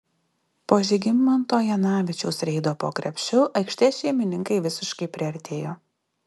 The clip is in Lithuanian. po žygimanto janavičiaus reido po krepšiu aikštės šeimininkai visiškai priartėjo